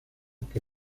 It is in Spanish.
que